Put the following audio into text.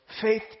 Faith